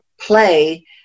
play